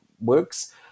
works